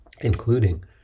including